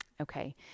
Okay